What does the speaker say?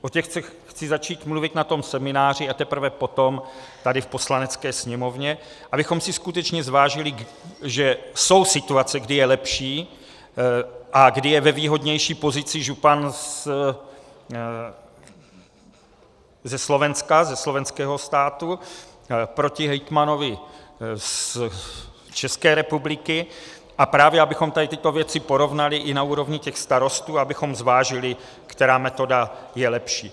O těch chci začít mluvit na tom semináři a teprve potom tady v Poslanecké sněmovně, abychom si skutečně zvážili, že jsou situace, kdy je lepší a kdy je ve výhodnější pozici župan ze Slovenska, ze slovenského státu, proti hejtmanovi z České republiky, a právě, abychom tady tyto věci porovnali i na úrovni těch starostů, abychom zvážili, která metoda je lepší.